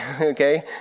okay